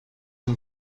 and